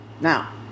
Now